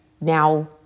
now